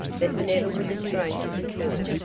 but never with a stranger before.